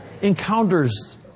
encounters